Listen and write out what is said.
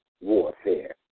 warfare